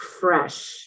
Fresh